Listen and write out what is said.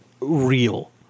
real